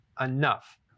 enough